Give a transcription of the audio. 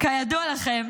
כידוע לכם,